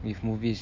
with movies